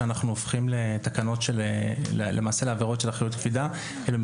שאנחנו הופכים לעבירות של אחריות קפידה הן רק